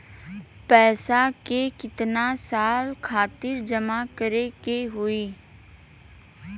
पैसा के कितना साल खातिर जमा करे के होइ?